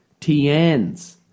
TNs